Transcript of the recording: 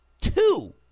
two